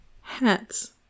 hats